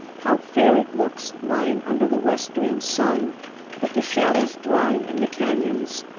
how fair it looks lying under the westering sun with the shadows drawing in the canyons,